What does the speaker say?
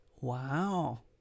Wow